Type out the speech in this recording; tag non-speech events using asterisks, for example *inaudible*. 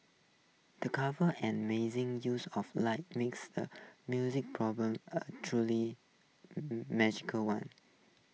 the clever and amazing use of lighting makes the musical problem A truly *unintelligible* magical one